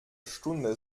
stunde